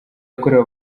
yakorewe